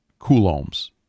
coulombs